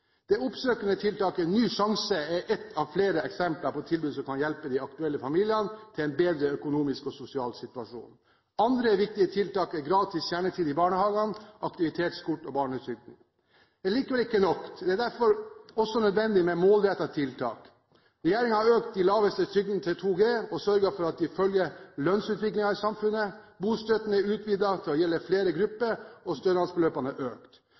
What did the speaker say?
Det oppsøkende tiltaket Ny sjanse er ett av flere eksempler på tilbud som kan hjelpe de aktuelle familiene til en bedre økonomisk og sosial situasjon. Andre viktige tiltak er gratis kjernetid i barnehagene, aktivitetskort og barnetrygd. Dette er likevel ikke nok, og det er derfor også nødvendig med målrettede tiltak. Regjeringen har økt de laveste trygdene til 2 G og sørget for at de følger lønnsutviklingen i samfunnet. Bostøtten er utvidet til å gjelde flere grupper, og